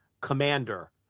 Commander